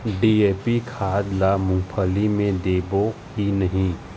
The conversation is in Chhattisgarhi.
डी.ए.पी खाद ला मुंगफली मे देबो की नहीं?